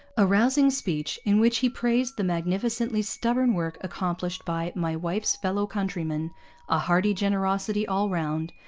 a rousing speech, in which he praised the magnificently stubborn work accomplished by my wife's fellow-countrymen a hearty generosity all round,